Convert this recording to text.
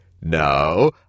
No